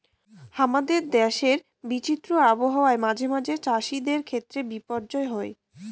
হামাদের দেশের বিচিত্র আবহাওয়া মাঝে মাঝে চ্যাসিদের ক্ষেত্রে বিপর্যয় হই